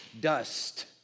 dust